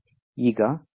ಈಗ hello